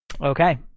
okay